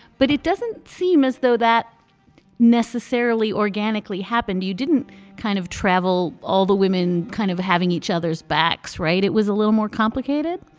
but it doesn't seem as though that necessarily organically happened. you didn't kind of travel all the women kind of having each other's backs. right. it was a little more complicated